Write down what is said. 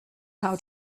how